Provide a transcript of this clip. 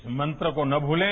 इस मंत्र को ना भूलें